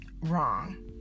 Wrong